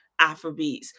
Afrobeats